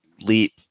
leap